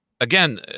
Again